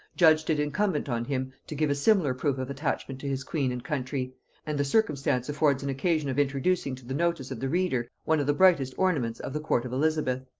judged it incumbent on him to give a similar proof of attachment to his queen and country and the circumstance affords an occasion of introducing to the notice of the reader one of the brightest ornaments of the court of elizabeth.